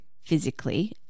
physically